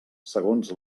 segons